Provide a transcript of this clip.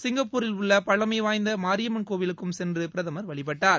சிங்கப்பூரில் உள்ள பழமை வாய்ந்த மாரியம்மன் கோவிலுக்கும் சென்று பிரதமர் வழிபட்டார்